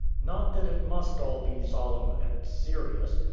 not that it must all be solemn and serious.